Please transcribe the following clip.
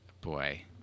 Boy